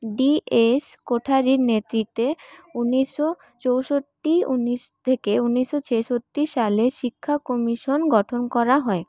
DS কোঠারির নেতৃত্বে উনিশশো চৌষট্টি উনিশ থেকে উনিশশো ছেষট্টি সালে শিক্ষা কমিশন গঠন করা হয়